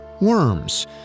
worms